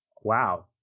Wow